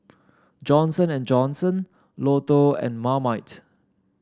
Johnson And Johnson Lotto and Marmite